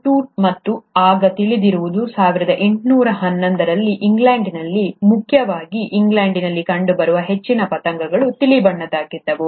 ಟುಟ್ ಮತ್ತು ಆಗ ತಿಳಿದಿರುವುದು 1811 ರಲ್ಲಿ ಇಂಗ್ಲೆಂಡ್ನಲ್ಲಿ ಮುಖ್ಯವಾಗಿ ಇಂಗ್ಲೆಂಡ್ನಲ್ಲಿ ಕಂಡುಬರುವ ಹೆಚ್ಚಿನ ಪತಂಗಗಳು ತಿಳಿ ಬಣ್ಣದ್ದಾಗಿದ್ದವು